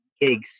gigs